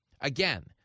Again